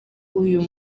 uyu